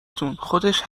تون، خودش